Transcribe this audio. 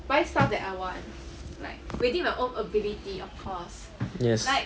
yes